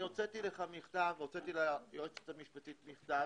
אני הוצאתי לך מכתב, הוצאתי ליועצת המשפטית מכתב.